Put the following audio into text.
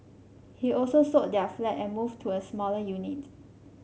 he also sold their flat and moved to a smaller unit